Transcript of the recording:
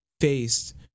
faced